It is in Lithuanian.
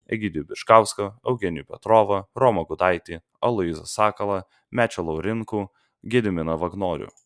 egidijų bičkauską eugenijų petrovą romą gudaitį aloyzą sakalą mečį laurinkų gediminą vagnorių